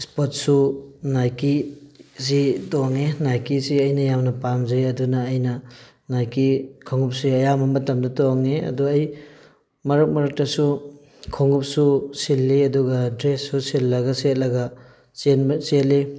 sport ꯁꯨ ꯅꯥꯏꯀꯤ ꯁꯤ ꯇꯣꯡꯉꯤ ꯅꯥꯏꯀꯤꯁꯤ ꯑꯩꯅ ꯌꯥꯝꯅ ꯄꯥꯝꯖꯩ ꯑꯗꯨꯅ ꯑꯩꯅ ꯅꯥꯏꯀꯤ ꯈꯣꯡꯎꯞꯁꯦ ꯑꯌꯥꯝꯕ ꯃꯇꯝꯗ ꯇꯣꯡꯉꯤ ꯑꯗꯨ ꯑꯩ ꯃꯔꯛ ꯃꯔꯛꯇꯁꯨ ꯈꯣꯡꯎꯞꯁꯨ ꯁꯤꯜꯂꯤ ꯑꯗꯨꯒ ꯗ꯭ꯔꯦꯁꯁꯨ ꯁꯤꯜꯂꯒ ꯁꯦꯠꯂꯒ ꯆꯦꯟꯕ ꯆꯦꯜꯂꯤ